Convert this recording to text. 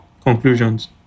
conclusions